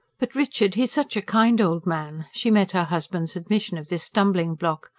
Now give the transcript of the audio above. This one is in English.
but, richard, he's such a kind old man, she met her husband's admission of this stumbling-block.